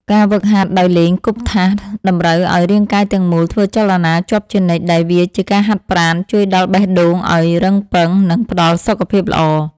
ការហ្វឹកហាត់ដោយលេងគប់ថាសតម្រូវឱ្យរាងកាយទាំងមូលធ្វើចលនាជាប់ជានិច្ចដែលវាជាការហាត់ប្រាណជួយដល់បេះដូងឱ្យរឹងប៉ឹង និងផ្តល់សុខភាពល្អ។